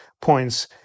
points